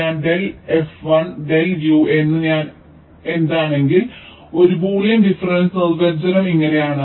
ഞാൻ del fi del u എന്നാൽ ഞാൻ എന്നാണെങ്കിൽ ഒരു ബൂളിയൻ ഡിഫറെൻസ് നിർവ്വചനം ഇങ്ങനെയാണ്